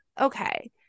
okay